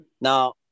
Now